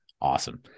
awesome